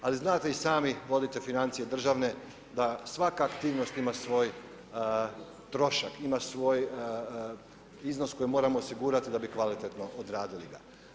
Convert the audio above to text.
Ali znate i sami, vodite financije državne da svaka aktivnost ima svoj trošak, ima svoj iznos koji moramo osigurati da bi kvalitetno odradili ga.